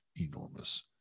enormous